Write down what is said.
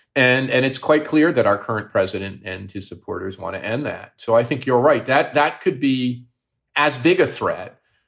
and and it's quite clear that our current president and his supporters want to end that. so i think you're right that that could be as big a threat,